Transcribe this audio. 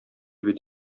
бит